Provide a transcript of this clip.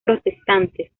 protestantes